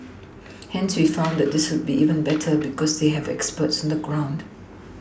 hence we found that this will be even better because they have experts on the ground